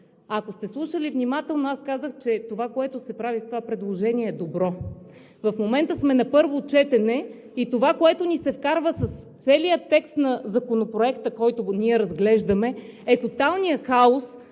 Ако сте слушали внимателно, аз казах, че това, което се прави с предложението, е добро. В момента сме на първо четене и това, което ни се вкарва с целия текст на Законопроекта, който ние разглеждаме, е тоталният хаос,